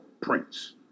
prince